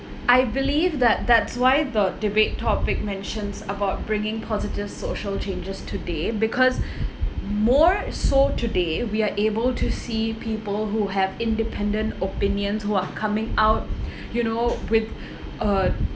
I believe that that's why the debate topic mentions about bringing positive social changes today because more so today we are able to see people who have independent opinions who are coming out you know with uh